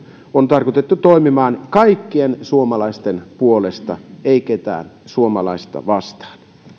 on tarkoitettu toimimaan kaikkien suomalaisten puolesta ei ketään suomalaista vastaan